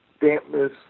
dampness